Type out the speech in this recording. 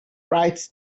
writes